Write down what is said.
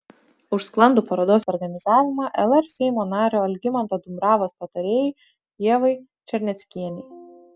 už sklandų parodos organizavimą lr seimo nario algimanto dumbravos patarėjai ievai černeckienei